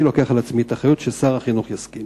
אני לוקח על עצמי את האחריות ששר החינוך יסכים